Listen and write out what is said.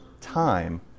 time